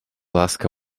ласка